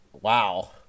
wow